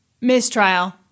mistrial